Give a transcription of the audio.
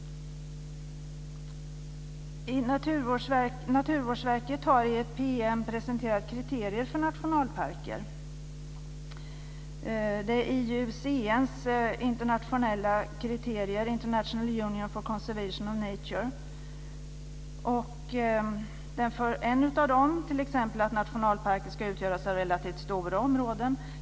Naturvårdsverket har i en PM presenterat kriterier för nationalparker. Det är IUCN:s - International Union for Conservation of Nature - kriterier.